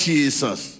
Jesus